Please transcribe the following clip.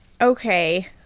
Okay